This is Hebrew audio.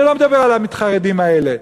אני לא מדבר על המתחרדים האלה,